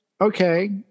okay